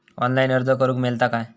Online अर्ज करूक मेलता काय?